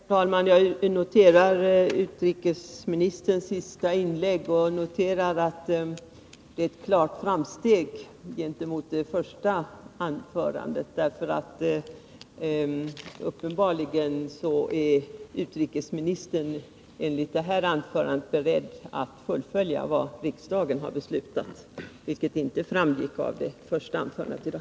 Herr talman! Jag noterar att utrikesministerns senaste inlägg är ett klart framsteg i förhållande till hans första anförande. Uppenbarligen är utrikesministern enligt sitt senaste inlägg beredd att fullfölja vad riksdagen har beslutat, vilket inte framgick av det första anförandet i dag.